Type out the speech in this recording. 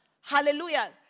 Hallelujah